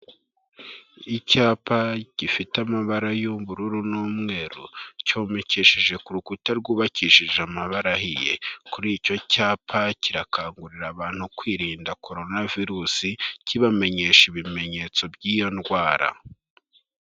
Icyapa gifite amabara y'ubururu n'umweru cyomekesheje ku rukuta rwubakishije amabara ahiye. Kuri icyo cyapa kirakangurira abantu kwirinda Corona virus, kibamenyesha ibimenyetso by'iyo ndwara.